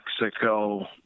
Mexico